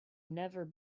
never